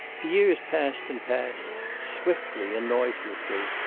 the years passed and passed swiftly and noiselessly,